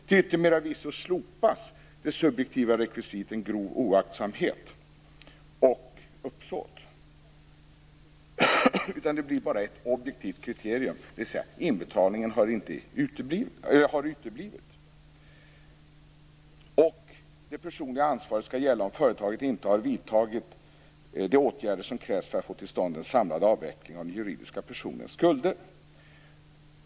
Till yttermera visso slopas de subjektiva rekvisiten grov oaktsamhet och uppsåt, och kvar blir bara ett objektivt kriterium, dvs. att inbetalningen har uteblivit. Det personliga ansvaret skall gälla om företaget inte har vidtagit de åtgärder som krävs för att få till stånd en samlad avveckling av den juridiska personens skulder.